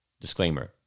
Disclaimer